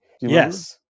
Yes